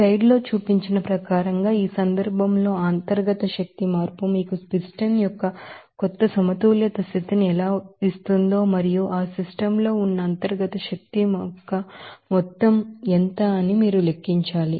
slide లో చూపించిన ప్రకారంగా ఈ సందర్భంలో ఇంటర్నల్ ఎనర్జీ చేంజ్ మీకు ఈ పిస్టన్ యొక్క కొత్త ఈక్విలిబ్రియం పోసిషన్ ని ఎలా ఇస్తుందో మరియు అవి సిస్టమ్ లో ఉన్న ఇంటర్నల్ ఎనర్జీ యొక్క మొత్తం ఎంత అని మీరు లెక్కించాలి